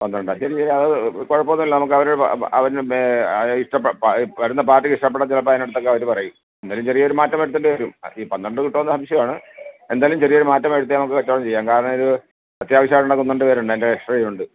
പന്ത്രണ്ടോ ശരി അത് കുഴപ്പം ഒന്നും ഇല്ല നമുക്ക് അവരോട് അവർ വരുന്ന പാര്ട്ടിക്ക് ഇഷ്ടപ്പെട്ടാൽ ചിലപ്പോൾ അതിനടുത്തൊക്കെ അവർ പറയും എന്തായാലും ചെറിയൊരു മാറ്റം വരുത്തേണ്ടി വരും ഈ പന്ത്രണ്ട് കിട്ടുമോ എന്ന് സംശയമാണ് എന്തായാലും ചെറിയൊരു മാറ്റം വരുത്തിയാൽ നമുക്ക് കച്ചവടം ചെയ്യാം കാരണം ഇത് അത്യാവശ്യമായിട്ടുള്ള ഒന്ന് രണ്ട് പേരുണ്ട് എന്റെ കസ്റ്റഡിയിലുണ്ട്